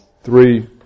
three